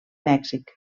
mèxic